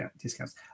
discounts